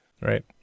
Right